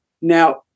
Now